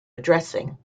addressing